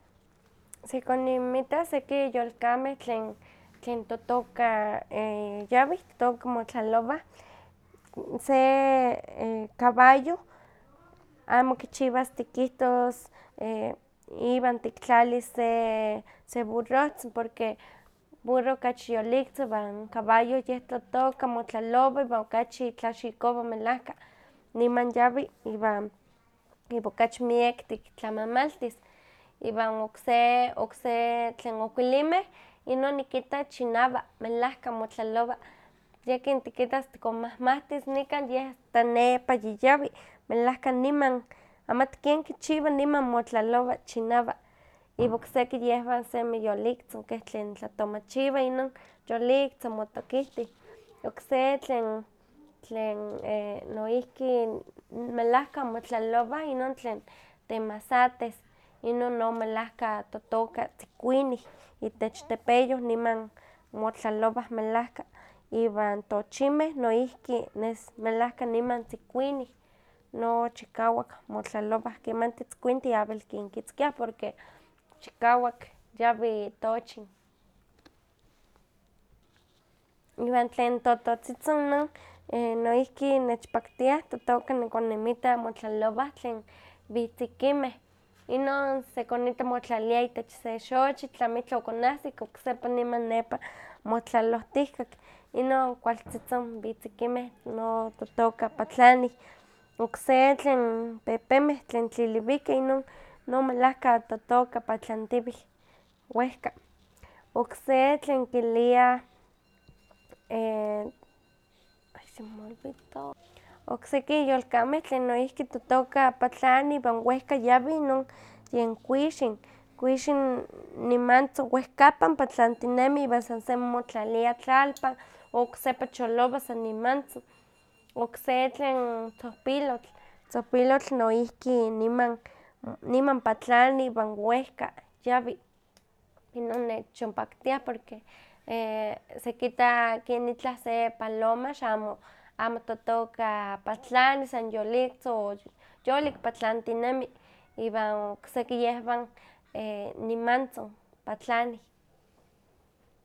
Sekoninmitas seki yolkameh tlen tlen totoka e- yawih, tlen totoka motlalowah. Se e- caballo amo kichiwas tikihtos iwan tiktlalis se se burrohtzin porque burroh okachi yoliktzin iwan caballo yeh totoka motlalowa iwan okachi tlaxikowa melahka, niman yawi iwan iwan okachi miek tiktlamamaltis, iwan okse okse tlen okuilinmeh, inon nikita chinawa, melahka motlalowa. Yekin tikitas tikonmawmawtis nikan yeh asta nepa yiyawi, melahka niman amati ken kichiwa niman motlalowa chinawa. Iwan okseki yehwan semi yoliktzin keh tlen tlatomachiwa inon yoliktzi motokihtiw. Okse tlen tlen e- noihki melahka motlalowa inon tlen temazates, inon no melahka totoka tzikuinih itech tepeyoh, niman motlalowah melahka, iwan tochimeh noihki nes melahka niman tzikuinih, no chikawak motlalowan kemanti itzkuintih amo wel kinkitzkiah porque chikawak yawi tochin. Iwan tlen tototzitzin inon e- noihki nechpaktiah totoka nikoninmitta motlalowah tlen witzikimeh, inon sekonita motlaliah itech se xochitl, tla amitlah okonahsik, oksepa niman nepa motlalohtihkak, inon kualtzitzin witzikimeh no totoka patlanih. Okse tlen pepemeh, tlen tliliwikeh, no melahka totoka patlantiwih, wehka. Okse tlen kiliah. Okseki yolkameh tlen noihki patlanih iwan wehka yawih inon yen kuixin, kuixin nimantzin wehkapan patlantinemi iwan san semi motlalia tlalpan, o oksepa cholowa san nimantzin, okse tlen tzohpilotl, tzohpilotl noihki niman niman patlani iwan wehka yawi. Inon nechonpaktia porque sekitta ken itlah se paloma axmo amo totoka patlani san yoliktzin, o yolik patlantinemi, iwan okseki yehwan nimantzin patlanih.